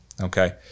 Okay